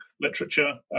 literature